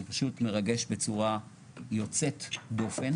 זה פשוט מרגש בצורה יוצאת דופן.